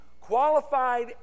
qualified